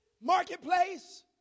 marketplace